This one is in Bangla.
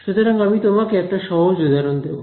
সুতরাং আমি তোমাকে একটা সহজ উদাহরণ দেব